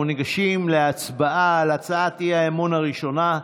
וניגשים להצבעה על הצעת האי-אמון הראשונה,